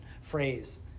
phrase